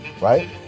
right